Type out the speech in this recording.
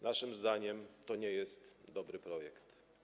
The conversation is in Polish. Naszym zdaniem to nie jest dobry projekt.